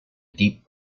deep